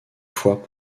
fois